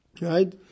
right